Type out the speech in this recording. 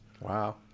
wow